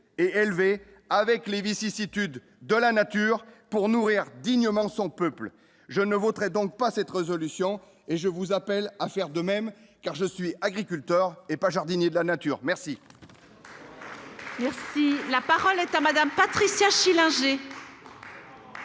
et élever avec les vicissitudes de la nature pour nourrir dignement son peuple, je ne voterai donc pas cette résolution et je vous appelle à faire de même car je suis agriculteur et pas jardinier de la nature, merci.